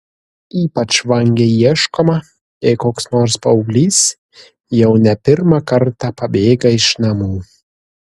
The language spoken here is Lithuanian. ypač vangiai ieškoma jei koks nors paauglys jau ne pirmą kartą pabėga iš namų